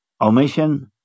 omission